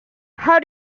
how